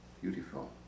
Beautiful